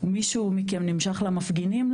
מישהו מכם נמשך למפגינים?